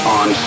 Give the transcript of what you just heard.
on